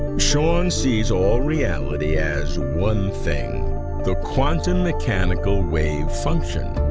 sean sees all reality as one thing the mechanical wave function,